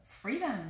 Freedom